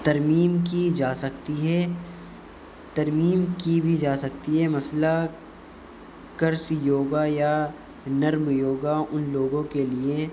ترمیم کی جا سکتی ہے ترمیم کی بھی جا سکتی ہے مسئلہ کرش یوگا یا نرم یوگا ان لوگوں کے لیے